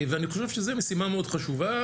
ואני חושב שזו משימה מאד חשובה.